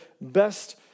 best